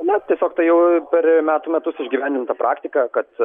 na tiesiog tai jau per metų metus išgyvendinta praktika kad